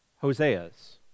Hosea's